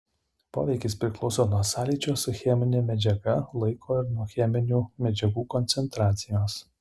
poveikis priklauso nuo sąlyčio su chemine medžiaga laiko ir nuo cheminių medžiagų koncentracijos